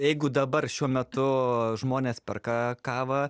jeigu dabar šiuo metu žmonės perka kavą